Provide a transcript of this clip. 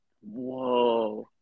whoa